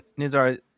Nizar